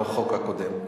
לחוק הקודם.